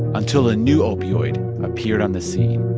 until a new opioid appeared on the scene